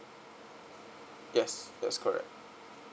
yes that's correct